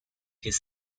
his